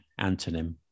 antonym